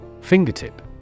fingertip